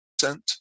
cent